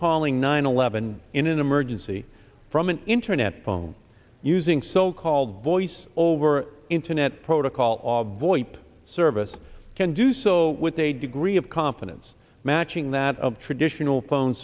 nine eleven in an emergency from an internet phone using so called voice over internet protocol or voip service can do so with a degree of confidence matching that of traditional phone